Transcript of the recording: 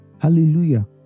hallelujah